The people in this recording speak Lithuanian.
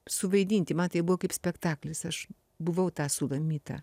suvaidinti man tai buvo kaip spektaklis aš buvau ta sulamita